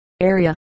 Area